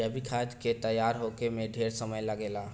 जैविक खाद के तैयार होखे में ढेरे समय लागेला